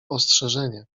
ostrzeżenie